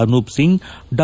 ಅನೂಪ್ ಸಿಂಗ್ ಡಾ